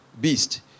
beast